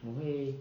我会